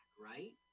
right